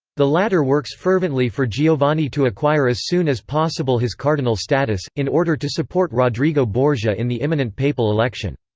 the latter works fervently for giovanni to acquire as soon as possible his cardinal status, in order to support rodrigo borgia in the imminent papal election.